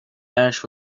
ash